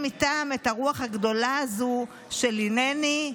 איתם את הרוח הגדולה הזו שלי "הינני",